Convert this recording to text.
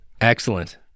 Excellent